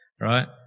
Right